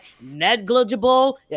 negligible